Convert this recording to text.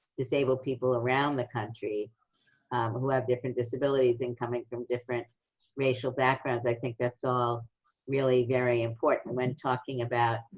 disabled people around the country who have different disabilities and coming from different racial backgrounds, i think that's all really very important when talking about